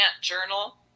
journal